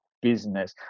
Business